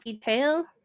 tail